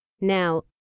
Now